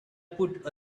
put